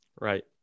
Right